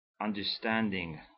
understanding